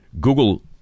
Google